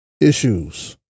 issues